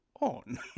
on